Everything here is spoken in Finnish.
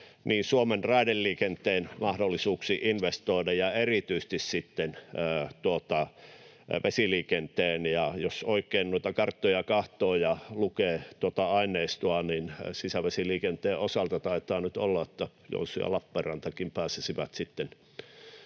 Suomen raideliikenteen mahdollisuuksiin investoida kuin erityisesti sitten vesiliikenteen, ja jos oikein noita karttoja katsoo ja lukee tuota aineistoa, niin sisävesiliikenteen osalta taitaa nyt olla niin, että Joensuu ja Lappeenrantakin pääsisivät sitten